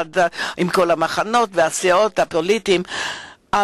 על כל המחנות והסיעות הפוליטיות שבו,